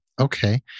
Okay